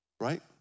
right